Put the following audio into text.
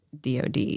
DOD